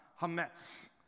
HaMetz